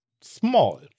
small